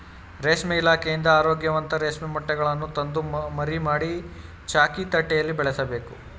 ರೇಷ್ಮೆ ಇಲಾಖೆಯಿಂದ ಆರೋಗ್ಯವಂತ ರೇಷ್ಮೆ ಮೊಟ್ಟೆಗಳನ್ನು ತಂದು ಮರಿ ಮಾಡಿ, ಚಾಕಿ ತಟ್ಟೆಯಲ್ಲಿ ಬೆಳೆಸಬೇಕು